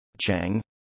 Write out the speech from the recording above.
Chang